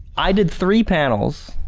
i did three panels